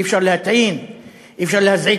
אי-אפשר להטעין,